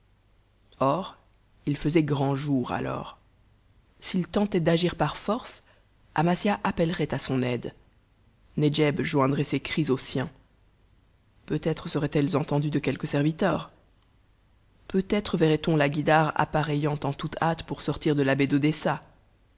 il faisait grand jour alors s'il tentait d'agir par force amasia appellerait à son aide nedjeb joindrait ses cris aux siens peut-être seraient-elles entendues de quelque serviteur peut-être verrait on la guïdare appareillant en toute hâte pour sortir de la baie d'odessa